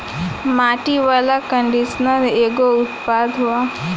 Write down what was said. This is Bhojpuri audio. माटी वाला कंडीशनर एगो उत्पाद ह